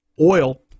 oil